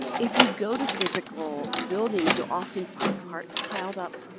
if you go to physical buildings, you'll often find carts piled up,